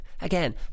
again